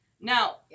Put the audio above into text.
Now